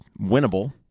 winnable